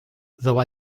though